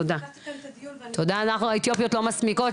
אנחנו האתיופיות לא מסמיקות.